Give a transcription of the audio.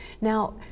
now